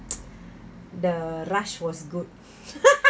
the rush was good